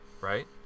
right